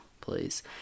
please